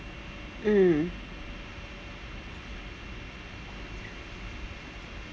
mm